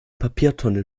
papiertonne